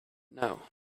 know